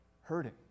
hurting